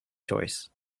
choice